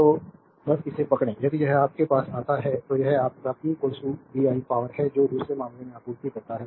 तो बस इसे पकड़ें यदि यह आपके पास आता है तो यह आपका p VI पावरहै जो दूसरे मामले में आपूर्ति करता है